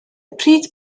pryd